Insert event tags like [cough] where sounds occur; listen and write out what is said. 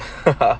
[laughs]